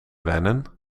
wennen